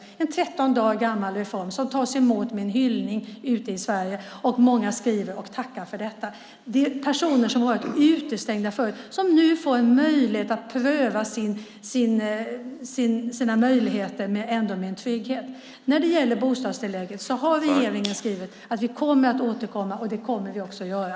Det är en 13 dagar gammal reform som tas emot med hyllningar ute i landet. Många skriver och tackar för den. Det är personer som tidigare varit utestängda och nu får chansen att pröva sina möjligheter och ändå ha en trygghet. När det gäller bostadstillägget har regeringen skrivit att vi kommer att återkomma, och det kommer vi också att göra.